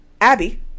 Abby